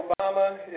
Obama